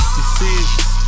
Decisions